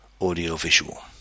audio-visual